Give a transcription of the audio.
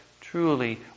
truly